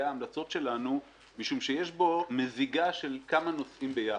ההמלצות שלנו משום שיש בו מזיגה של כמה נושאים ביחד.